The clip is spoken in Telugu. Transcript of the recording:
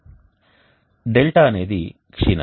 δ డెల్టా అనేది క్షీణత